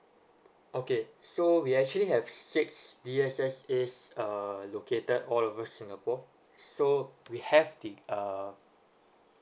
okay so we actually have six yes yes is uh located all over singapore so we have the uh